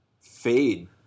fade